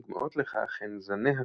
דוגמאות לכך הן זני הכרוב,